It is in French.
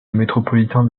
métropolitain